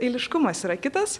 eiliškumas yra kitas